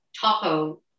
taco